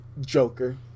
Joker